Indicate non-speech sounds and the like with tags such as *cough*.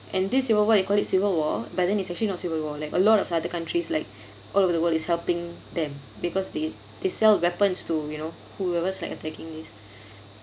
and this you wh~ what you call it civil war but then it's actually not civil war like a lot of other countries like all over the world is helping them because they they sell weapons to you know whoever's like attacking these *breath*